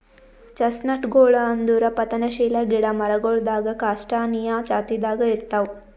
ಚೆಸ್ಟ್ನಟ್ಗೊಳ್ ಅಂದುರ್ ಪತನಶೀಲ ಗಿಡ ಮರಗೊಳ್ದಾಗ್ ಕ್ಯಾಸ್ಟಾನಿಯಾ ಜಾತಿದಾಗ್ ಇರ್ತಾವ್